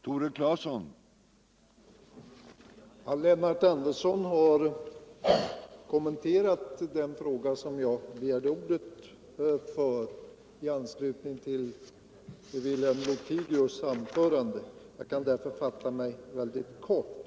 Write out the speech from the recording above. Herr talman! Lennart Andersson har kommenterat en fråga som jag begärde ordet för i anslutning till Wilhelm Lothigius anförande. Jag kan därför fatta mig mycket kort.